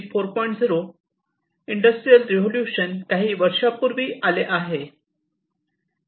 0 industrial revolution काही वर्षांपूर्वी आले आहे